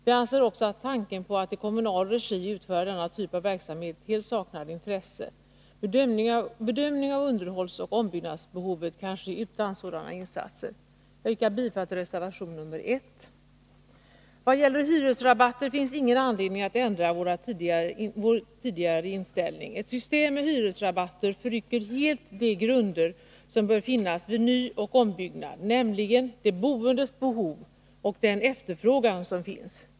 Vi anser också att tanken på att i kommunal regi utföra denna typ av verksamhet helt saknar intresse. Bedömning av underhållsoch ombyggnadsbehovet kan ske utan sådana insatser. Jag yrkar bifall till reservation 1. Vad gäller hyresrabatter finns ingen anledning att ändra vår tidigare inställning. Ett system med hyresrabatter förrycker helt de grunder som bör finnas vid nyoch ombyggnad, nämligen de boendes behov och den efterfrågan som finns.